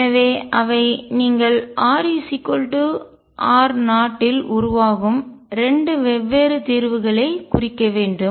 எனவேஅவை நீங்கள் r r0 இல் உருவாக்கும் 2 வெவ்வேறு தீர்வுகளை குறிக்க வேண்டும்